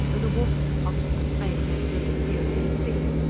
where the waters of hobson's bay met those of the open sea.